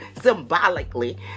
symbolically